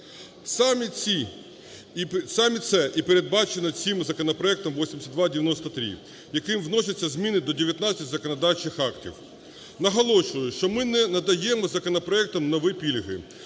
саме це і передбачено цим законопроектом 8293, яким вносяться зміни до 19 законодавчих актів. Наголошую, що ми не надаємо законопроектом нові пільги.